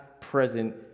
present